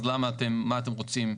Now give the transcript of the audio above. אז מה אתם רוצים.